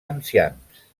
ancians